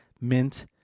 mint